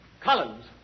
Collins